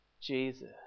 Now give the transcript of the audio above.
Jesus